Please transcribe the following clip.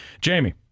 Jamie